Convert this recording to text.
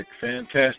fantastic